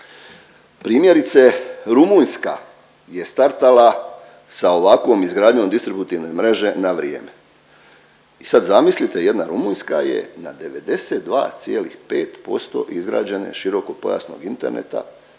primjerice Rumunjska je startala sa ovakvom izgradnjom distributivne mreže na vrijeme i sad zamislite jedna Rumunjska je na 92,5% izgrađene širokopojasnog interneta,